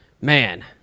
man